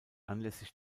anlässlich